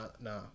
nah